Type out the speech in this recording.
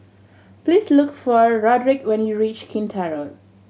please look for Rodrick when you reach Kinta Road